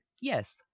Yes